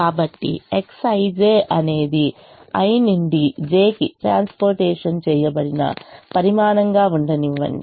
కాబట్టి Xij అనేది i నుండి j కి ట్రాన్స్పోర్టేషన్ చేయబడిన పరిమాణంగా ఉండనివ్వండి